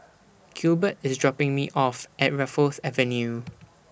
Gilbert IS dropping Me off At Raffles Avenue